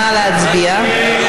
נא להצביע.